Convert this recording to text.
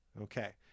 Okay